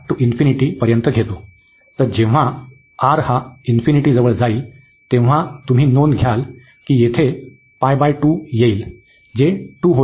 तर जेव्हा R हा इन्फिनिटीजवळ जाईल तेव्हा तुम्ही नोंद घ्याल की येथे येईल जे 2 होईल